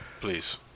Please